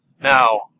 Now